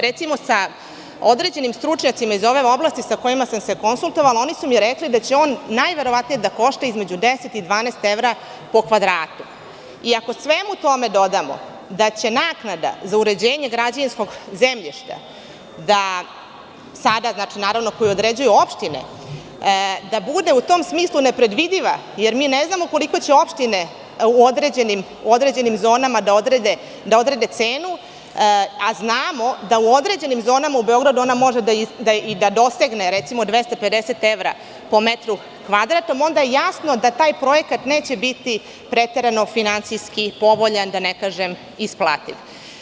Recimo, sa određenim stručnjacima iz ove oblasti sa kojima sam se konsultovala su mi rekli da će on najverovatnije da košta između 10 i 12 evra po kvadratu, i ako svemu tome dodamo da će naknada za uređenje građevinskog zemljišta, koju sada određuju opštine, da bude u tom smislu nepredvidiva, jer mi ne znamo koliko će opštine u određenim zonama da odrede cenu, a znamo da u određenim zonama u Beogradu ona može i da dosegne, recimo, 250 evra po metru kvadratnom, onda je jasno da taj projekat neće biti preterano finansijski povoljan, da ne kažem isplativ.